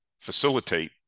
facilitate